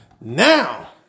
Now